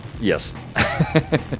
Yes